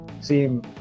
seem